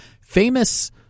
famous